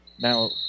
Now